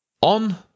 On